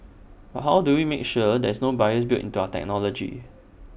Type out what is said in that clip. how do we make sure there is no bias built into our technology